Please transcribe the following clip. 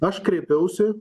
aš kreipiausi